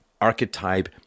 archetype